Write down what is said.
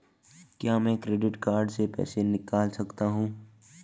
क्या मैं credit card से पैसे निकाल सकता हूँ?